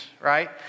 Right